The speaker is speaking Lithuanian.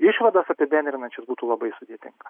išvadas apibendrinančias būtų labai sudėtinga